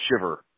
shiver